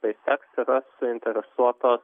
spacex yra suinteresuotos